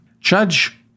Judge